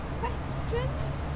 questions